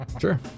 Sure